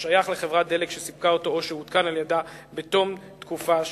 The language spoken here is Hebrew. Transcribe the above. השייך לחברת דלק שסיפקה אותו או שהותקן על-ידה בתום תקופה שיקבע.